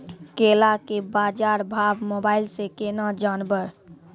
केला के बाजार भाव मोबाइल से के ना जान ब?